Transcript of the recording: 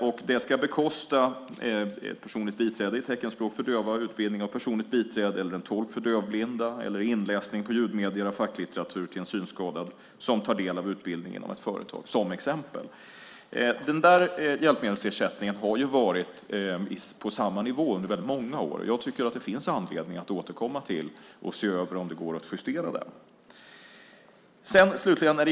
Det ska till exempel bekosta personligt biträde med teckenspråkstolk för döva, utbildning av personligt biträde eller tolk för dövblinda, inläsning på ljudmedier av facklitteratur för en synskadad som tar del av utbildningen om företag. Den hjälpmedelsersättningen har varit på samma nivå under väldigt många år. Det finns anledning att återkomma och se över om det går att justera den.